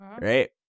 right